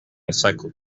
cycled